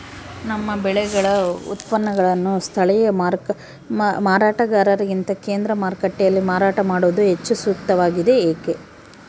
ನಮ್ಮ ಬೆಳೆಗಳ ಉತ್ಪನ್ನಗಳನ್ನು ಸ್ಥಳೇಯ ಮಾರಾಟಗಾರರಿಗಿಂತ ಕೇಂದ್ರ ಮಾರುಕಟ್ಟೆಯಲ್ಲಿ ಮಾರಾಟ ಮಾಡುವುದು ಹೆಚ್ಚು ಸೂಕ್ತವಾಗಿದೆ, ಏಕೆ?